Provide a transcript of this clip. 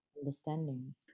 understanding